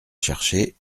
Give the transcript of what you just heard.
chercher